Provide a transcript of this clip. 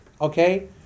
Okay